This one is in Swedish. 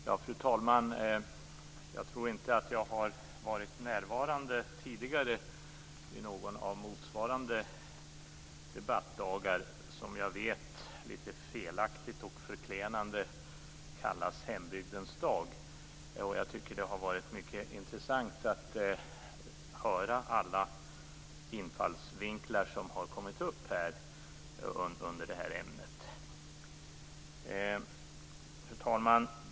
Fru talman! Jag tror inte att jag har varit närvarande tidigare vid någon av motsvarande debattdagar som jag vet litet felaktigt och förklenande kallas hembygdens dag. Jag tycker att det har varit mycket intressant att höra alla infallsvinklar som har kommit upp under det här ämnet. Fru talman!